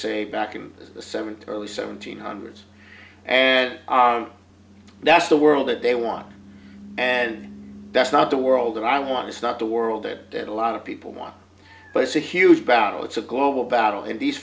say back in the seventy's early seventeen hundreds and that's the world that they want and that's not the world and i want it's not the world a lot of people want but it's a huge battle it's a global battle and these